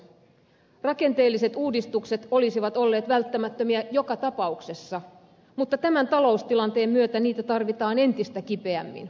rakenteelliset uudistukset olisivat olleet välttämättömiä joka tapauksessa mutta tämän taloustilanteen myötä niitä tarvitaan entistä kipeämmin